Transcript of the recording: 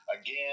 Again